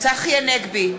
צחי הנגבי,